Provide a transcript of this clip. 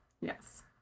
Yes